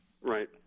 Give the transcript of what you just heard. Right